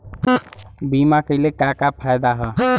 बीमा कइले का का फायदा ह?